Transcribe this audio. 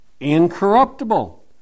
incorruptible